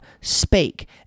spake